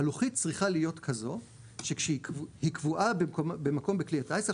הלוחית צריכה להיות כזו שכשהיא קבועה במקום בכלי הטייס,